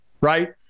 Right